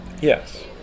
Yes